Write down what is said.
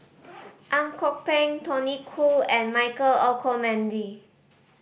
Ang Kok Peng Tony Khoo and Michael Olcomendy